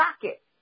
socket